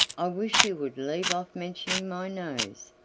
i wish you would leave off mentioning my nose.